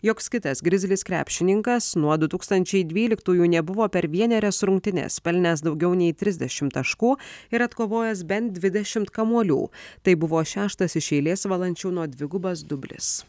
joks kitas grizzlies krepšininkas nuo du tūkstančiai dvyliktųjų nebuvo per vienerias rungtynes pelnęs daugiau nei trisdešimt taškų ir atkovojęs bent dvidešimt kamuolių tai buvo šeštas iš eilės valančiūno dvigubas dublis